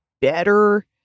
better